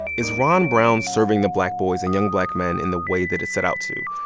is ron brown serving the black boys and young black men in the way that it set out to?